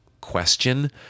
question